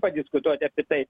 padiskutuot apie tai